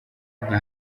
nka